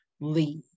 leave